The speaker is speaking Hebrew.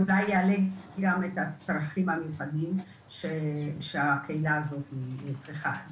זה אולי יעלה גם את הצרכים המיוחדים שהקהילה הזאת צריכה.